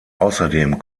außerdem